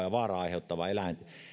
ja vaaraa aiheuttava eläin poistetaan